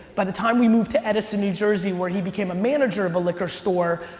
by the time we moved to edison, new jersey where he became a manager of a liquor store,